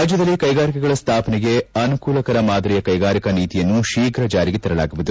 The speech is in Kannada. ರಾಜ್ಯದಲ್ಲಿ ಕೈಗಾರಿಕೆಗಳ ಸ್ಥಾಪನೆಗೆ ಅನುಕೂಲಕರ ಮಾದರಿಯ ಕೈಗಾರಿಕಾ ನೀತಿಯನ್ನು ತೀಪ್ರ ಜಾರಿಗೆ ತರಲಾಗುವುದು